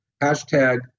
hashtag